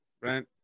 Right